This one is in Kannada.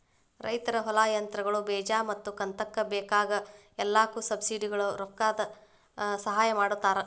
ರೈತರ ಹೊಲಾ, ಯಂತ್ರಗಳು, ಬೇಜಾ ಮತ್ತ ಕಂತಕ್ಕ ಬೇಕಾಗ ಎಲ್ಲಾಕು ಸಬ್ಸಿಡಿವಳಗ ರೊಕ್ಕದ ಸಹಾಯ ಮಾಡತಾರ